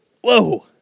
Whoa